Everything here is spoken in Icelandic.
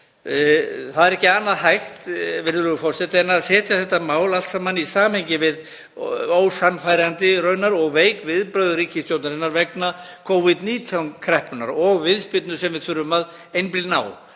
Það er ekki annað hægt, virðulegur forseti, en að setja þetta mál allt í samhengi við ósannfærandi og veik viðbrögð ríkisstjórnarinnar vegna Covid-19 kreppunnar og viðspyrnu sem við þurfum að einblína